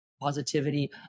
positivity